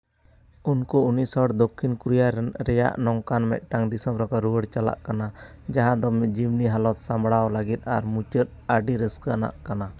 ᱩᱱᱠᱩ ᱩᱱᱤᱥ ᱦᱚᱲ ᱫᱚᱠᱠᱷᱤᱱ ᱠᱳᱨᱤᱭᱟ ᱨᱮᱭᱟᱜ ᱱᱚᱝᱠᱟᱱ ᱢᱤᱫᱴᱟᱝ ᱫᱤᱥᱚᱢ ᱨᱮᱠᱚ ᱨᱩᱣᱟᱹᱲ ᱪᱟᱞᱟᱜ ᱠᱟᱱᱟ ᱡᱟᱦᱟᱸ ᱫᱚ ᱡᱮᱢᱱᱤ ᱦᱟᱞᱚᱛ ᱥᱟᱢᱵᱲᱟᱣ ᱞᱟᱹᱜᱤᱫ ᱟᱨ ᱢᱩᱪᱟᱹᱫ ᱟᱹᱰᱤ ᱨᱟᱹᱥᱠᱟᱹ ᱟᱱᱟᱜ ᱠᱟᱱᱟ